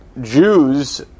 Jews